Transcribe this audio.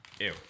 Ew